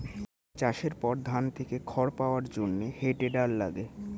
চাষের পর ধান থেকে খড় পাওয়ার জন্যে হে টেডার লাগে